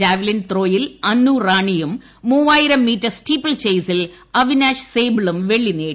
javelin ത്രോയിൽ അന്നുറാണിയും മൂവായിരം മീറ്റർ സ്റ്റീപ്പിൾ ചെയ്സിൽ അവിനാശ് സ്ട്രെബിളും വെള്ളി നേടി